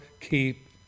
keep